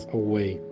away